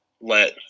let –